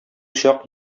чак